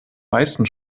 meisten